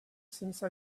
since